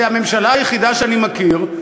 זה הממשלה היחידה שאני מכיר,